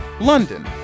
London